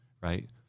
right